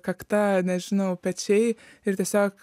kakta nežinau pečiai ir tiesiog